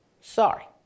Sorry